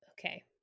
Okay